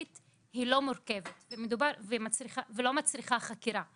לא צריך לכבס מילים,